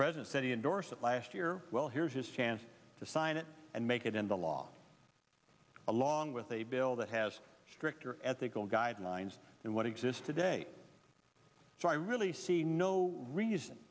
president said he endorsed it last year well here's his chance to sign it and make it into law along with a bill that has stricter ethical guidelines in what exists today so i really see no reason